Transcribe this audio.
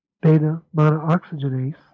beta-monooxygenase